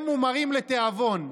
הם מומרים לתיאבון,